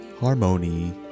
Harmony